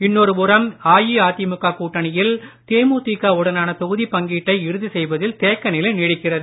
இன்னொரு புறம் அஇஅதிமுக கூட்டணியில் தேமுதிக உடனான தொகுதிப் பங்கீட்டை இறுதி செய்வதில் தேக்கநிலை நீடிக்கிறது